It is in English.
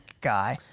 guy